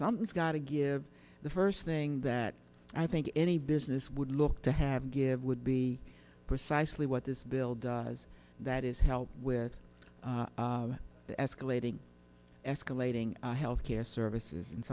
something's gotta give the first thing that i think any business would look to have give would be precisely what this bill does that is help with the escalating escalating health care services and